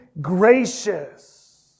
gracious